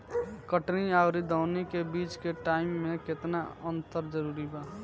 कटनी आउर दऊनी के बीच के टाइम मे केतना अंतर जरूरी बा?